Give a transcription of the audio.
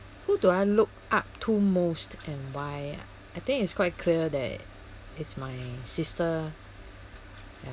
who do I look up to most and why I think it's quite clear that it's my sister ya